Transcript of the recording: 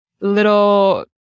little